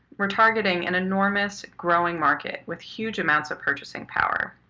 we're targeting an enormous growing market with huge amounts of purchasing power.